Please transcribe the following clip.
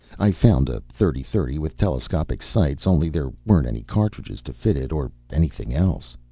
i found a thirty thirty with telescopic sights, only there weren't any cartridges to fit it or anything else.